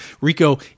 Rico